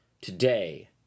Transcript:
Today